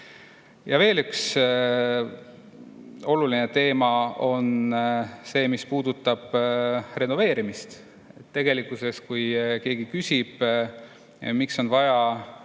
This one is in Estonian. Veel üks oluline teema on see, mis puudutab renoveerimist. Tegelikkuses, kui keegi küsib, miks on vaja